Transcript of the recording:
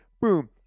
boom